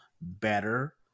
better